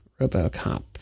RoboCop